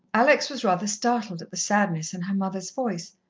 alex was rather startled at the sadness in her mother's voice.